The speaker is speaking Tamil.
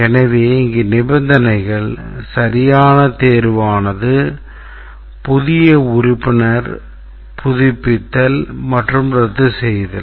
எனவே இங்கே நிபந்தனைகள் சரியான தேர்வு ஆனது புதிய உறுப்பினர் புதுப்பித்தல் அல்லது ரத்துசெய்தல்